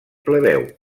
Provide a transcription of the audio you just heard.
plebeu